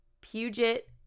Puget